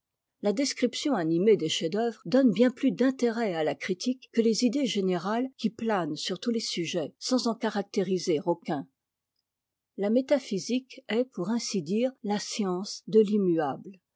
la description animée des chefs-d'œuvre donne bien plus d'intérêt à la critique que les idées générales qui planent sur tous les sujets sans en caractériser aucun la métaphysique est pour ainsi dire la science de l'immuable